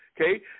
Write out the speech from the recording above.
Okay